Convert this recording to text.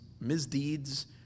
misdeeds